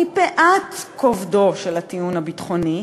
מפאת כובדו של הטיעון הביטחוני,